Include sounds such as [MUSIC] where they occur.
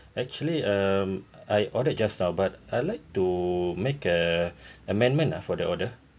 actually um I ordered just now but I'd like to make a [BREATH] amendment ah for the order